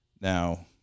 Now